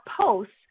posts